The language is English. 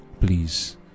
please